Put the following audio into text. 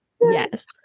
yes